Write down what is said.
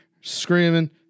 screaming